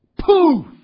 poof